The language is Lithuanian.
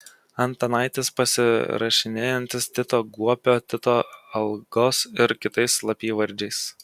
antanaitis pasirašinėjantis tito guopio tito algos ir kitais slapyvardžiais